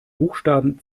buchstaben